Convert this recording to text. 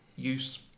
use